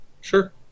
Sure